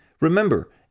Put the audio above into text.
Remember